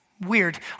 weird